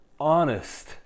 honest